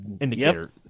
indicator